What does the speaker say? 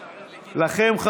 לכם,